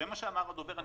כך אמר הדובר הראשון,